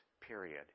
period